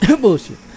Bullshit